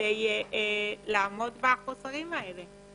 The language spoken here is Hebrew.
כדי לעמוד בחוסרים האלה.